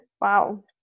Wow